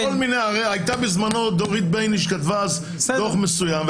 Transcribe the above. בזמנו דורית בייניש כתבה דוח מסוים,